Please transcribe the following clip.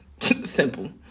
Simple